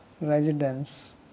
residence